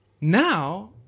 Now